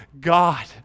God